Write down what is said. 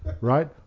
Right